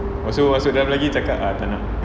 pastu masuk dam lagi cakap ah tak nak